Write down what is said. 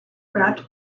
grabbed